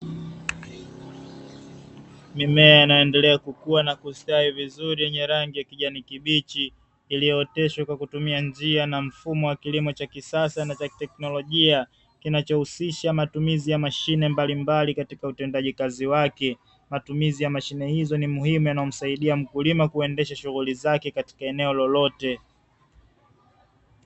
Mimea inaendelea kukua na kusitawi vizuri yenye rangi ya kijani kibichi, iliyooteshwa kwa kutumia njia na mfumo wa kilimo cha kisasa na cha kiteknolojia, kinachohusisha matumizi ya mashine mbalimbali katika utendaji kazi wake. Matumizi ya mashine hizo ni muhimu yanayomsaidia mkulima kuendesha shughuli zake katika eneo lolote.